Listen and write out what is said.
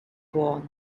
born